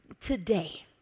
Today